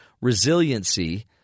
resiliency